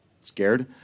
scared